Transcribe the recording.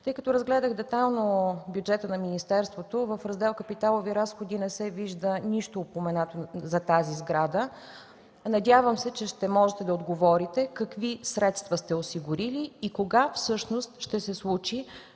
Тъй като разгледах детайлно бюджета на министерството, в Раздел „Капиталови разходи” не се вижда нищо упоменато за тази сграда. Надявам се, че ще можете да отговорите: какви средства сте осигурили и кога всъщност ще се случи